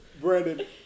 Brandon